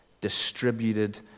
distributed